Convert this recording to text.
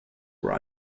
were